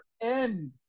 end